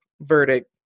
verdict